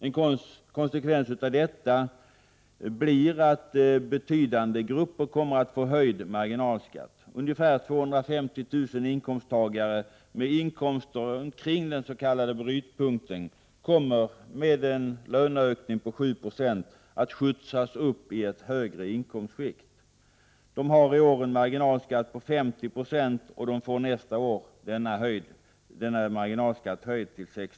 En konsekvens av detta blir att betydande grupper kommer att få höjd marginalskatt. Ungefär 250 000 inkomsttagare med inkomster omkring den s.k. brytpunkten kommer vid en löneökning på 7 20 att hamna i ett högre inkomstskikt. Dessa inkomsttagare har i år en marginalskatt på 50 20. Nästa år höjs denna till 61 96.